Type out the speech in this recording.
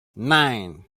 nine